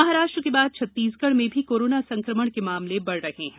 महाराष्ट्र के बाद छत्तीसगढ़ में भी कोरोना संक्रमण के मामले बढ़ रहे हैं